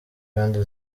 kandi